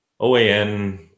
OAN